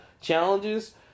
challenges